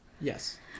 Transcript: Yes